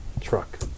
Truck